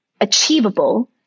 achievable